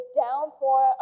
downpour